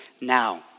now